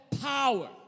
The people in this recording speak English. power